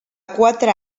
quatre